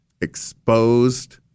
exposed